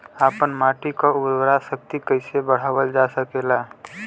आपन माटी क उर्वरा शक्ति कइसे बढ़ावल जा सकेला?